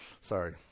Sorry